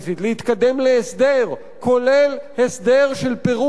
כולל הסדר של פירוק המזרח התיכון מנשק גרעיני.